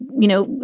you know,